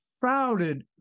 crowded